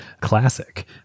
classic